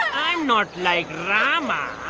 i'm not like rama,